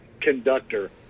conductor